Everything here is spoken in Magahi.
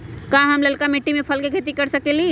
का हम लालका मिट्टी में फल के खेती कर सकेली?